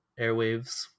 airwaves